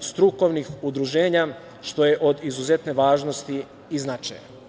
strukovnih udruženja, što je od izuzetne važnosti i značaja.